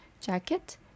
jacket